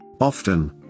Often